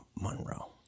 Monroe